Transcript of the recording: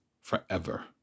forever